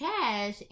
Cash